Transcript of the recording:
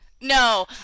No